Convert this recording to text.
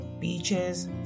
beaches